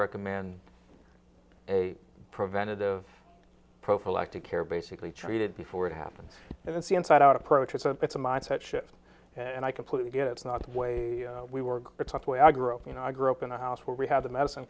recommend a preventative prophylactic care basically treated before it happened and it's the inside out approach it's a it's a mindset shift and i completely get it is not the way we work the type where i grew up you know i grew up in a house where we had a medicine